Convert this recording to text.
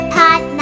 pot